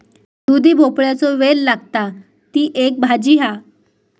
दुधी भोपळ्याचो वेल लागता, ती एक भाजी हा